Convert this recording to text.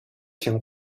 情况